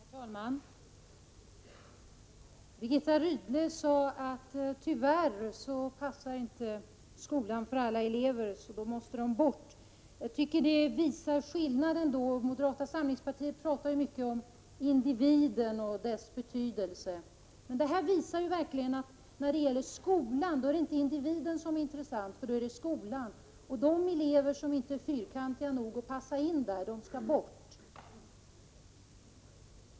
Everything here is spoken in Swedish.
Herr talman! Birgitta Rydle sade att skolan tyvärr inte passar alla elever, så 10 december 1987 de måste bort. Det visar skillnaden mellan oss. Moderaterna talar mycket Om — Trm.orojehäon. = individen och dess betydelse. Detta visar verkligen att det när det gäller skolan inte är individen som är intressant utan skolan. De elever som inte är fyrkantiga nog att passa in där skall bort.